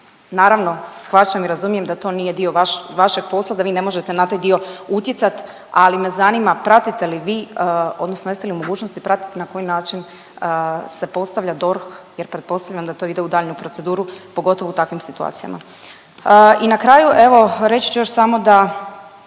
Naravno, shvaćam i razumijem da to nije dio vaš, vašeg posla, da vi ne možete na taj dio utjecat, ali me zanima pratite li vi odnosno jeste li u mogućnosti pratiti na koji način se postavlja DORH jer pretpostavljam da to ide u daljnju proceduru, pogotovo u takvim situacijama. I na kraju, evo reći ću još samo da,